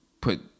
put